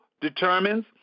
determines